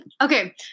okay